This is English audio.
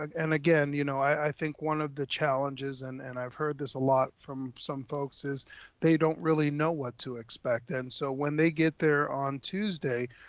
and again, you know, i think one of the challenges, and and i've heard this a lot from some folks is they don't really know what to expect. and so when they get there on tuesday,